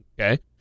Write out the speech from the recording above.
Okay